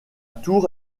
tour